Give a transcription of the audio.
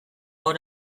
hor